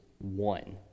one